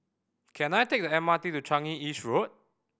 can I take the M R T to Changi East Road